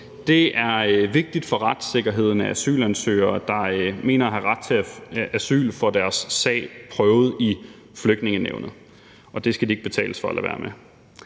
Det er vigtigt for retssikkerheden, at asylansøgere, der mener at have ret til asyl, får deres sag prøvet ved Flygtningenævnet, og det skal de ikke betales for at lade være med.